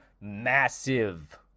massive